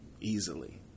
easily